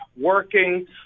working